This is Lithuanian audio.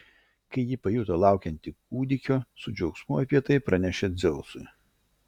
kai ji pajuto laukianti kūdikio su džiaugsmu apie tai pranešė dzeusui